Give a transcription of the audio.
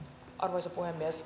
arvoisa puhemies